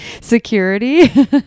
security